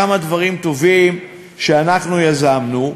כמה דברים טובים שאנחנו יזמנו,